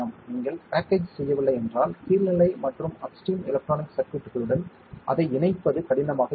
நீங்கள் பேக்கேஜ் செய்யவில்லை என்றால் கீழ்நிலை மற்றும் அப்ஸ்ட்ரீம் எலக்ட்ரானிக் சர்க்யூட்களுடன் அதை இணைப்பது கடினமாக இருக்கும்